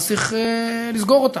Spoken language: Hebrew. אז צריך לסגור אותה.